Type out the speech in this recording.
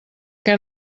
què